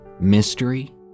Mystery